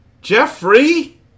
Jeffrey